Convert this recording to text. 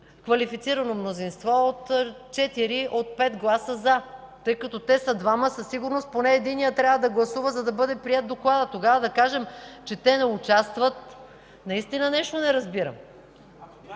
квалифицирано мнозинство – 4 от 5 гласа „за”. Тъй като те са двама, със сигурност поне единият трябва да гласува, за да бъде приет докладът. Тогава да кажем, че те не участват. Наистина, нещо не разбирам?!